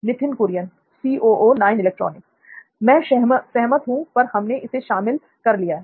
नित्थिन कुरियन मैं सहमत हूं पर हमने इसे शामिल कर लिया है